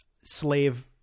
slave